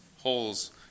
holes